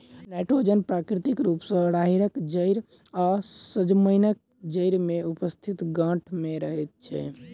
nitrogen प्राकृतिक रूप सॅ राहैड़क जड़ि आ सजमनिक जड़ि मे उपस्थित गाँठ मे रहैत छै